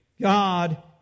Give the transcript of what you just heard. God